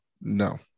No